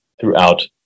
throughout